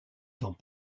dans